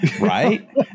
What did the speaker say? right